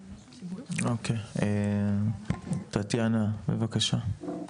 אוקי, טטיאנה בבקשה.